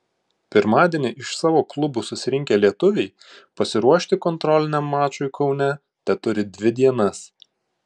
pirmadienį iš savo klubų susirinkę lietuviai pasiruošti kontroliniam mačui kaune teturi dvi dienas